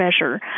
pressure